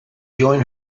join